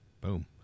Boom